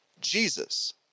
Jesus